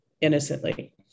innocently